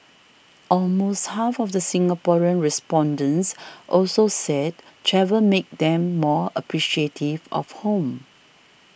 almost half of the Singaporean respondents also said travel made them more appreciative of home